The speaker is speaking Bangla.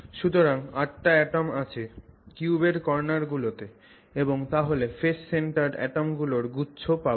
সুতরাং 8 টা অ্যাটম আছে কিউবের কর্নার গুলো তে এবং তাহলে face centred atom গুলোর গুচ্ছ পাবো